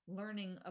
learning